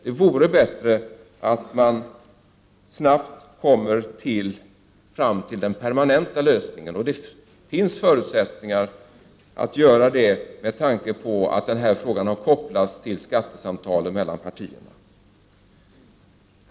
Det vore bättre om man snabbt kom fram till den permanenta lösningen. Det finns förutsättningar för att göra det med tanke på att denna fråga har kopplats till skattesamtalen mellan partierna.